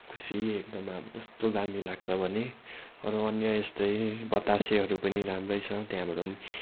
खुसी एकदमै अब यस्तो दामी लाग्छ भने अरू अन्य यस्तै बतासेहरू पनि राम्रै छ त्यहाँबाट पनि